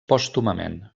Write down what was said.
pòstumament